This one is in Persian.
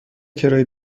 کرایه